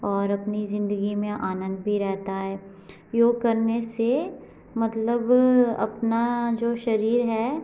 और अपनी जिंदगी में आनंद भी रहता है योग करने से मतलब अपना जो शरीर है